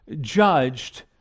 judged